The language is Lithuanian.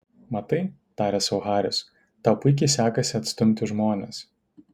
matai tarė sau haris tau puikiai sekasi atstumti žmones